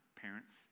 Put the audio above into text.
parents